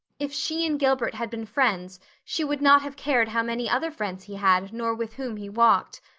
if she and gilbert had been friends she would not have cared how many other friends he had nor with whom he walked.